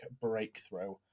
Breakthrough